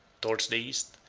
towards the east,